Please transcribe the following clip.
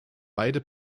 beide